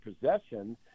possession